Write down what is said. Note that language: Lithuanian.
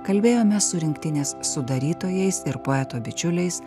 kalbėjome su rinktinės sudarytojais ir poeto bičiuliais